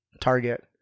target